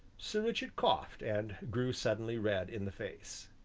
sir richard coughed and grew suddenly red in the face.